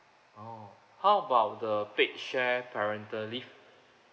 oh how about the paid share parental leave